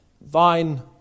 thine